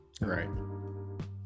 Right